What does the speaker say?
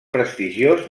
prestigiós